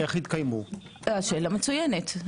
שאלה מצוינת.